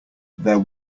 there